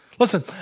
Listen